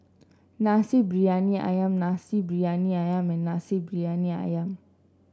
Nasi Briyani ayam Nasi Briyani ayam and Nasi Briyani ayam